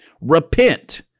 Repent